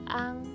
ang